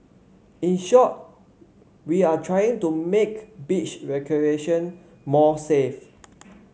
in short we are trying to make beach recreation more safe